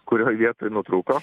kurio vietoj nutrūko